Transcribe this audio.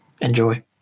enjoy